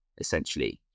essentially